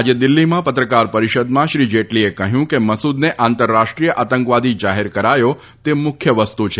આજે દિલ્હીમાં પત્રકાર પરિષદમાં શ્રી જેટલીએ કહ્યું કે મસુદને આતંરરાષ્ટ્રીય આતંકવાદી જાહેર કરાયો તે મુખ્ય વસ્તુ છે